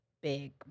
big